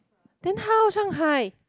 then how Shanghai